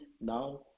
now